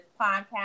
podcast